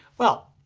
well,